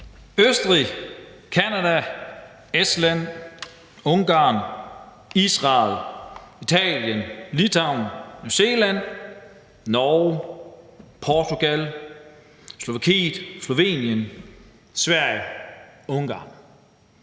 Østrig, Canada, Estland, Ungarn, Israel, Italien, Litauen, New Zealand, Norge, Portugal, Slovakiet, Slovenien, Sverige –